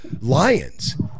Lions